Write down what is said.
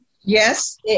yes